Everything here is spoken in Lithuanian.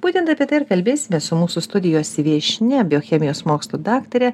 būtent apie tai ir kalbėsimės su mūsų studijos viešnia biochemijos mokslų daktare